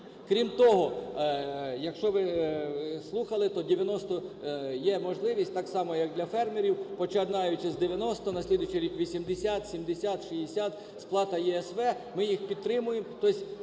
Крім того, якщо ви слухали, то 90, є можливість так само, як для фермерів, починаючи з 90, на слідуючий рік – 80, 70, 60, сплата ЄСВ. Ми їх підтримуємо,